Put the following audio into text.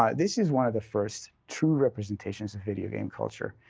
um this is one of the first true representations of video game culture.